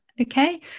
Okay